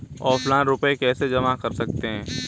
Offline रुपये कैसे जमा कर सकते हैं?